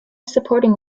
supporting